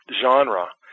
genre